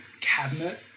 cabinet